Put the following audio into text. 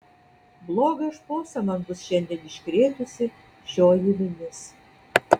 blogą šposą man bus šiandien iškrėtusi šioji vinis